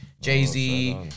Jay-Z